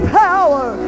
power